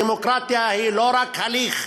דמוקרטיה היא לא רק הליך,